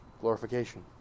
glorification